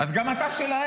אז גם אתה שלהם.